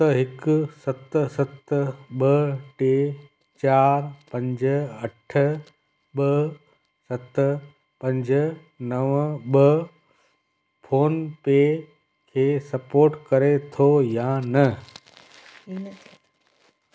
सत हिकु सत सत ॿ टे चार पंज अठ ॿ सत पंज नव ॿ फ़ोन पे खे सपोर्ट करे थो या न